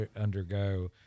undergo